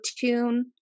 tune